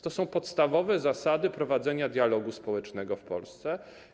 To są podstawowe zasady prowadzenia dialogu społecznego w Polsce.